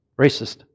racist